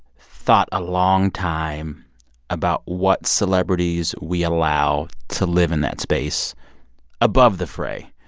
thought a long time about what celebrities we allow to live in that space above the fray,